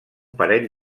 parell